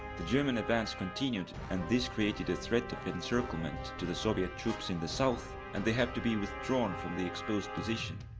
the german advance continued and this created a threat of encirclement to the soviet troops in the south and they had to be withdrawn from the exposed position.